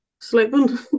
sleeping